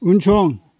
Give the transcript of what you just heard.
उनसं